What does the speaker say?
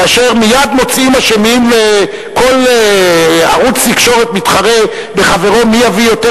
כאשר מייד מוצאים אשמים וכל ערוץ תקשורת מתחרה בחברו מי יביא יותר